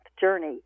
journey